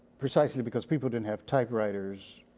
precisely because people didn't have typewriters,